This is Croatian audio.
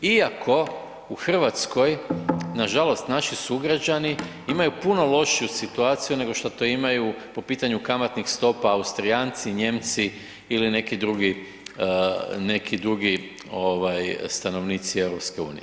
Iako u Hrvatskoj nažalost naši sugrađani imaju puno lošiju situaciju nego što to imaju po pitanju kamatnih stopa Austrijanci, Nijemci ili neki drugi stanovnici EU.